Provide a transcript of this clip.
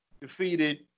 defeated